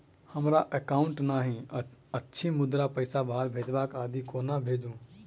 हमरा एकाउन्ट नहि अछि मुदा पैसा बाहर भेजबाक आदि केना भेजू?